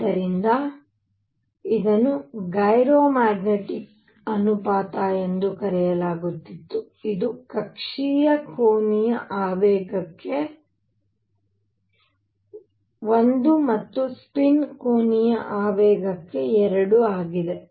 ಆದ್ದರಿಂದ ಇದನ್ನು gyromagnetic ಅನುಪಾತ ಎಂದು ಕರೆಯಲಾಗುತ್ತಿತ್ತು ಇದು ಕಕ್ಷೀಯ ಕೋನೀಯ ಆವೇಗಕ್ಕೆ ಒಂದು ಮತ್ತು ಸ್ಪಿನ್ ಕೋನೀಯ ಆವೇಗಕ್ಕೆ 2 ಆಗಿದೆ